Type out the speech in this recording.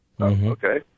Okay